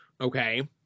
okay